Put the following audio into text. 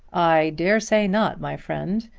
i dare say not, my friend.